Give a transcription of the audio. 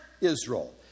Israel